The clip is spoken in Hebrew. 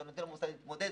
ואתה נותן למוסד להתמודד,